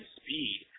speed